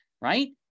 right